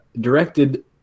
directed